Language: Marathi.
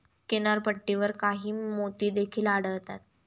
किनारपट्टीवर काही मोती देखील आढळतात